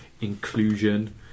inclusion